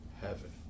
Heaven